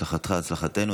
הצלחתך, הצלחתנו.